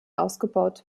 ausgebaut